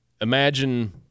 imagine